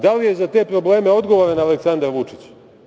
Da li je za te probleme odgovoran Aleksandar Vučić?